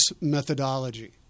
methodology